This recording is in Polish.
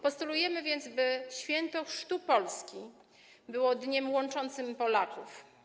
Postulujemy więc, by Święto Chrztu Polski było dniem łączącym Polaków.